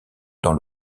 dans